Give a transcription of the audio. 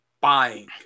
buying